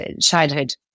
Childhood